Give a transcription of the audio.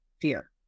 fear